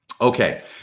Okay